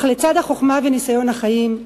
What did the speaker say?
אך לצד החוכמה וניסיון החיים,